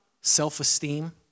self-esteem